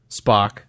Spock